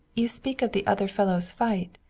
you speak of the other fellow's fight.